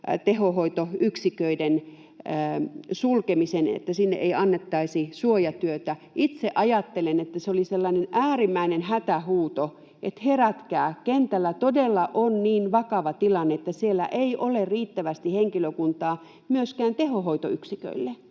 tehohoitoyksiköiden sulkemisen, sen, että sinne ei annettaisi suojatyötä. Itse ajattelen, että se oli sellainen äärimmäinen hätähuuto, että herätkää, kentällä todella on niin vakava tilanne, että siellä ei ole riittävästi henkilökuntaa myöskään tehohoitoyksiköille.